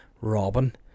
Robin